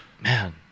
man